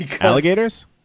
Alligators